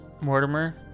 Mortimer